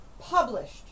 published